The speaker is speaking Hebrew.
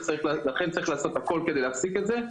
לכן צריך לעשות הכל כדי להפסיק את זה,